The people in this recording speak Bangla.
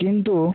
কিন্তু